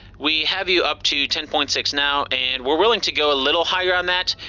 we have you up to ten point six now, and we're willing to go a little higher on that.